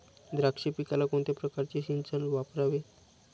द्राक्ष पिकाला कोणत्या प्रकारचे सिंचन वापरावे?